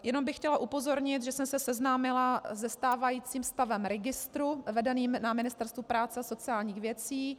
Jenom bych chtěla upozornit, že jsem se seznámila se stávajícím stavem registru vedeného na Ministerstvu práce a sociálních věcí.